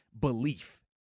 belief